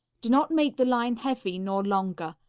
do not make the line heavy nor longer.